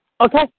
Okay